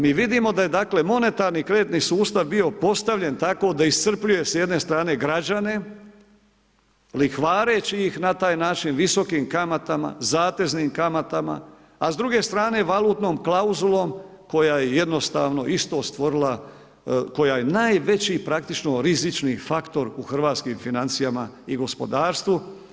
Mi vidimo da je monetarni kreditni sustav bio postavljen tako da je iscrpljuje s jedne strane građane, lihvareći ih na taj način visokim kamatama, zateznim kamata, a s druge strane valutnom klauzulom koja je jednostavno isto stvorila koje je najveći praktično rizični faktor u hrvatskim financijama i gospodarstvu.